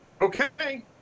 Okay